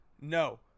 no